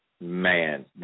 Man